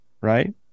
right